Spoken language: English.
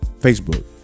Facebook